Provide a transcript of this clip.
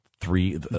three